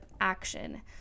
action